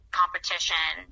competition